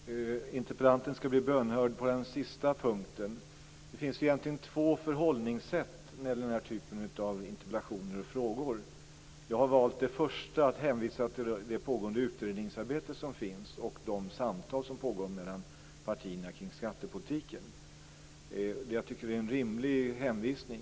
Fru talman! Interpellanten skall bli bönhörd på den sista punkten. Det finns två förhållningssätt till den här typen av interpellationer och frågor. Jag har valt det första, att hänvisa till pågående utredningsarbete och samtal mellan partierna kring skattepolitiken. Det är en rimlig hänvisning.